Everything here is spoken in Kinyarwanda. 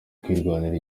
kurwanirira